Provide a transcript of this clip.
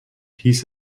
hieß